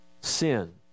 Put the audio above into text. sin